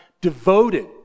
devoted